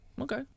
Okay